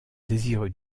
désireux